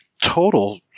total